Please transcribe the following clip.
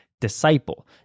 disciple